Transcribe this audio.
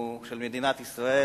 של מדינת ישראל,